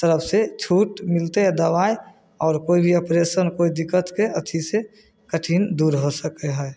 तरफ से छूट मिलतै आओर दवाइ आओर कोइ भी ऑपरेशन कोइ दिक्कतके अथी से कठिन दूर हो सकै हइ